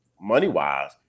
Money-wise